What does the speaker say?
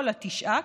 כל התשעה,